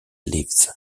leaves